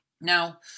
Now